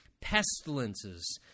pestilences